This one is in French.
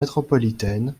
métropolitaine